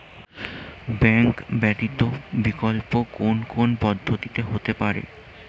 Bank ব্যতীত বিকল্প কোন কোন পদ্ধতিতে হতে পারে?